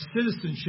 citizenship